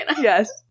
yes